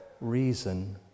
reason